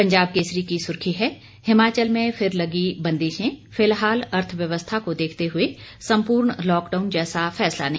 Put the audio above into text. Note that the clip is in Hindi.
पंजाब केसरी की सुर्खी है हिमाचल में फिर लगी बंदिशें फिलहाल अर्थव्यवस्था को देखते हुए सम्पूर्ण लॉकडाउन जैसा फैसला नहीं